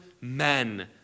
men